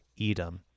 Edom